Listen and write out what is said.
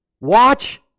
Watch